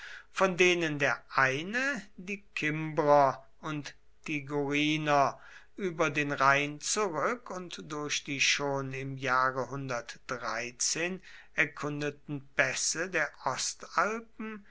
von denen der eine die kimbrer und tigoriner über den rhein zurück und durch die schon im jahre erkundeten pässe der ostalpen